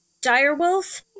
direwolf